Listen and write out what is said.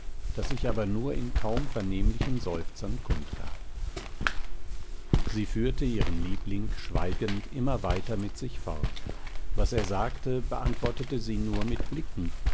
das sich aber nur in kaum vernehmlichen seufzern kundgab sie führte ihren liebling schweigend immer weiter mit sich fort was er sagte beantwortete sie nur mit blicken